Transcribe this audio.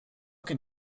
can